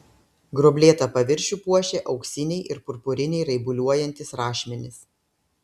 gruoblėtą paviršių puošė auksiniai ir purpuriniai raibuliuojantys rašmenys